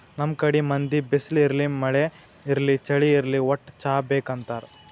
ನಮ್ ಕಡಿ ಮಂದಿ ಬಿಸ್ಲ್ ಇರ್ಲಿ ಮಳಿ ಇರ್ಲಿ ಚಳಿ ಇರ್ಲಿ ವಟ್ಟ್ ಚಾ ಬೇಕ್ ಅಂತಾರ್